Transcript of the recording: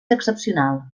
excepcional